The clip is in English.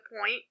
point